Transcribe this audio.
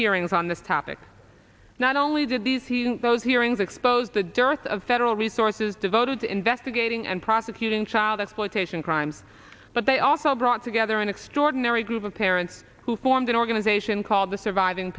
hearings on this topic not only did these those hearings expose the dearth of federal resources devoted to investigating and prosecuting child exploitation crimes but they also brought together an extraordinary group of parents who formed an organization called the surviving